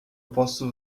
posso